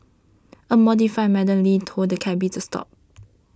a horrified Madam Lin told cabby to stop